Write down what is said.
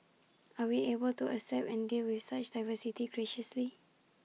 are we able to accept and deal with such diversity graciously